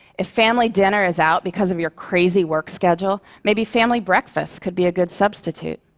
if family dinner is out because of your crazy work schedule, maybe family breakfast could be a good substitute.